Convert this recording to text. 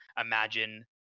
imagine